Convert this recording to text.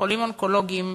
חולים אונקולוגיים,